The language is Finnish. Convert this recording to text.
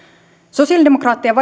sosialidemokraattien